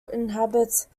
inhabits